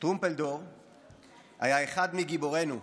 "טרומפלדור היה אחד מגיבורינו,